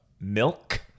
milk